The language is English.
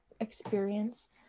experience